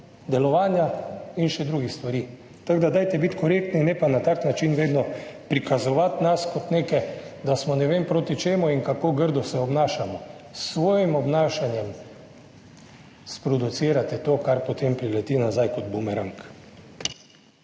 delovanja in še drugih stvari. Dajte biti korektni, ne pa nas na tak način vedno prikazovati, kot da smo ne vem proti čemu in kako grdo se obnašamo. S svojim obnašanjem sproducirate to, kar potem prileti nazaj kot bumerang.